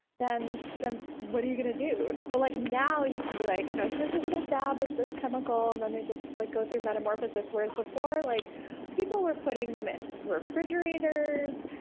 then then what are you going to do? so like now you can be like, you know here's a little dab of this chemical, and then they just like go through metamorphosis. before, like people were putting them in refrigerators,